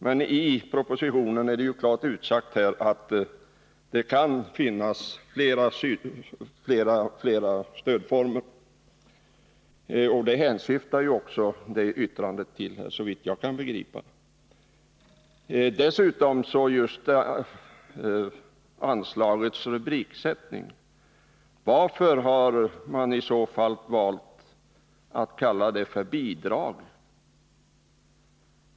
Men i propositionen är det klart uttalat att det kan finnas flera stödformer. Och det hänsyftar yttrandet på, såvitt jag kan begripa. Dessutom vill jag erinra om anslagets rubrik. Varför har man valt att kalla det för bidrag?